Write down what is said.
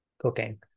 Cooking